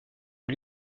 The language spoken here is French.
lui